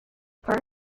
part